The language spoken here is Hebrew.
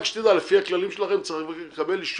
לפי הכללים שלכם צריך לקבל את אישור